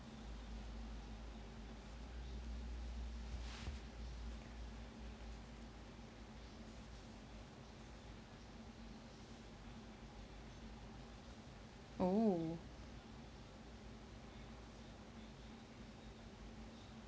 oo